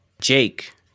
Jake